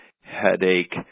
headache